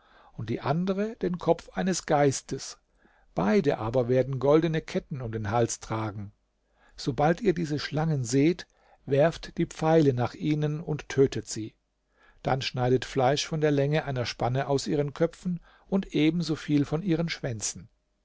und die andere den kopf eines geistes beide aber werden goldene ketten um den hals tragen sobald ihr diese schlangen seht werft die pfeile nach ihnen und tötet sie dann schneidet fleisch von der länge einer spanne aus ihren köpfen und ebensoviel von ihren schwänzen